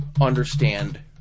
understand